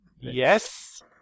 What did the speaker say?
Yes